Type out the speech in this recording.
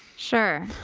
sure.